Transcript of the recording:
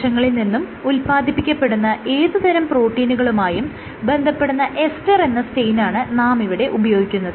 കോശങ്ങളിൽ നിന്നും ഉല്പാദിപ്പിക്കപ്പെടുന്ന ഏതു തരം പ്രോട്ടീനുകളുമായും ബന്ധപ്പെടുന്ന എസ്റ്റർ എന്ന സ്റ്റെയിനാണ് നാം ഇവിടെ ഉപയോഗിക്കുന്നത്